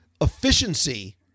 efficiency